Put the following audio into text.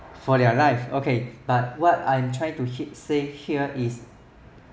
for their life okay but what I'm trying to hit say here is